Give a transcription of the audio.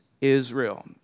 Israel